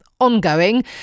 ongoing